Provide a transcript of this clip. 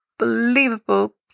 unbelievable